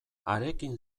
harekin